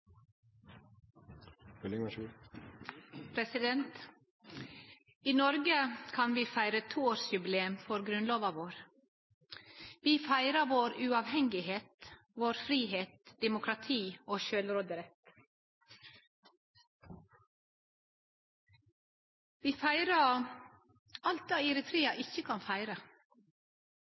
Noreg kan vi feire 200-årsjubileum for Grunnlova vår. Vi feirar vår uavhengigheit, vår fridom, demokrati og sjølvråderett. Vi feirar alt det Eritrea ikkje kan feire.